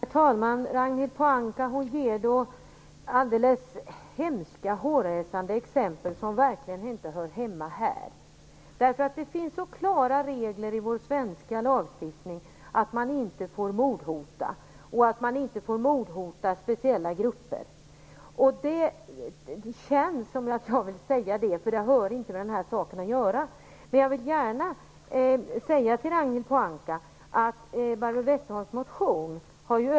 Herr talman! Ragnhild Pohanka tar då alldeles hårresande exempel, som verkligen inte hör hemma här. Det finns klara regler i vår svenska lagstiftning om att man inte får mordhota enskilda människor eller speciella grupper. Det har inte med den här saken att göra - jag vill gärna säga det.